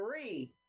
Three